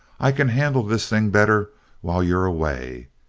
i can handle this thing better while you're away.